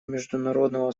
международного